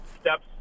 steps